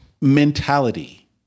mentality